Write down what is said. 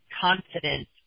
confidence